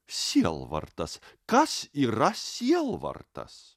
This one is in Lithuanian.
sielvartas kas yra sielvartas